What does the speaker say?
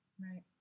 Right